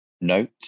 note